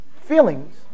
feelings